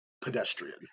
pedestrian